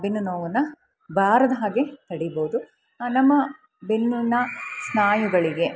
ಬೆನ್ನು ನೋವನ್ನು ಬಾರದ ಹಾಗೆ ತಡೀಬೌದು ನಮ್ಮ ಬೆನ್ನಿನ ಸ್ನಾಯುಗಳಿಗೆ